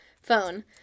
phone